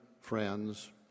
friends